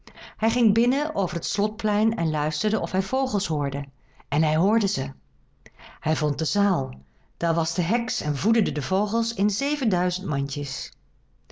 hij ging binnen over het slotplein en luisterde of hij vogels hoorde en hij hoorde ze hij vond de zaal daar was de heks en voederde de vogels in zevenduizend mandjes